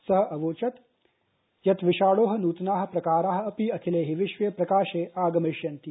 सःअवोचत्यत्विषाणोःनूत नाःप्रकाराः अपि अखिलेहिविश्वेप्रकाशेआगमिष्यन्ति